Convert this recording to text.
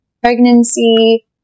pregnancy